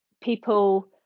people